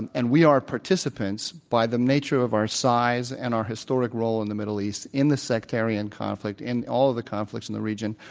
and and we are participants by the nature of our size and our historic role in the middle east in the sectarian conflict, in all of the conflicts in the region,